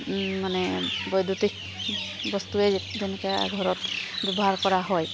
মানে বৈদ্যুতিক বস্তুৱেই যেনেকুৱা ঘৰত ব্যৱহাৰ কৰা হয়